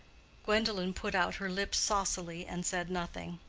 gwendolen put out her lips saucily and said nothing.